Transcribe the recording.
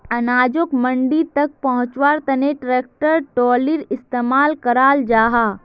अनाजोक मंडी तक पहुन्च्वार तने ट्रेक्टर ट्रालिर इस्तेमाल कराल जाहा